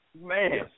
Man